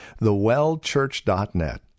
thewellchurch.net